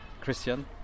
Christian